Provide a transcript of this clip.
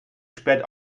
spät